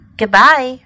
goodbye